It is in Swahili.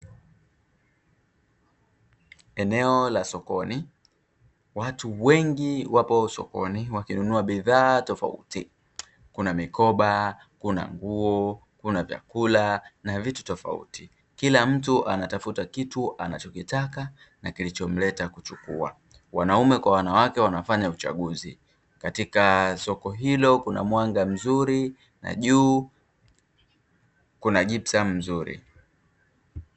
Eneo la sokoni watu wengi wapo sokoni wakinunua bidhaa tofauti kuna mikoba, kuna nguo, kuna vyakula, na vitu tofauti kila mtu anatafuta kitu anachokitaka na kilichomleta kuchukua, wanaume kwa wanawake wanafanya uchaguzi katika soko hilo kuna mwanga mzuri na juu kuna jipsamu nzuri.